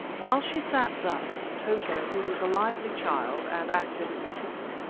while she sat thus, tota, who was a lively child and active as a kitten,